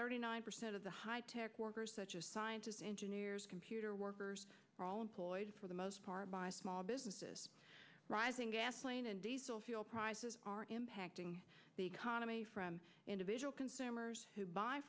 thirty nine percent of the high tech workers scientists engineers computer workers all employed for the most part by small businesses rising gasoline and diesel fuel prices are impacting the economy from individual consumers who buy